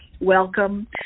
welcome